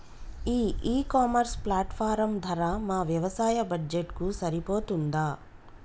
ఈ e commerce platform ధర మా వ్యవసాయ బడ్జెట్ కు సరిపోతుందా?